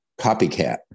copycat